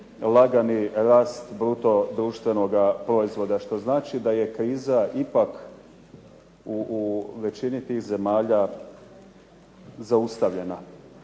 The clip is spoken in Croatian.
lagani rast bruto društvenoga proizvoda. Što znači da je kriza u većini tih zemalja zaustavljena